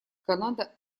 канада